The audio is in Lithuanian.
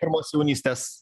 pirmos jaunystės